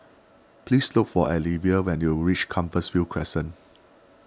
please look for Alivia when you reach Compassvale Crescent